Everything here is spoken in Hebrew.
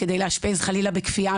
כדי לאשפז חלילה בכפייה,